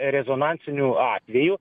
rezonansinių atvejų